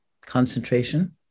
concentration